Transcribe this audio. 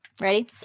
ready